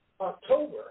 October